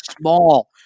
small